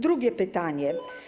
Drugie pytanie.